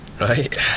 Right